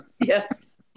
Yes